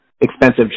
expensive